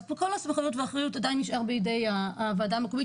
אז כל הסמכות והאחריות נמצאת עדין בידי הוועדה המקומית,